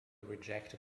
rejected